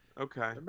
Okay